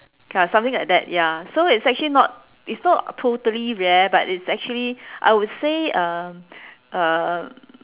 ya something like that ya so it's actually not it's not totally rare but it's actually I would say um um